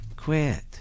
Quit